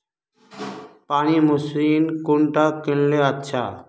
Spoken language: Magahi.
पानी मशीन कुंडा किनले अच्छा?